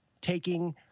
taking